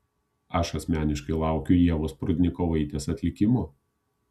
aš asmeniškai laukiu ievos prudnikovaitės atlikimo